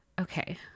okay